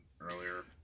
earlier